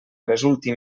resulti